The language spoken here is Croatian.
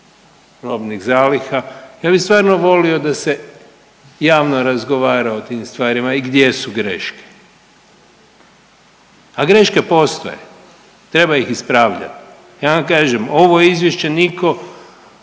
robnih zaliha, ja bih stvarno volio da se javno razgovara o tim stvarima i gdje su greške. A greške postoje. Treba ih ispravljati. Ja vam kažem, ovo izvješće nitko